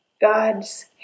God's